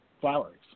flowers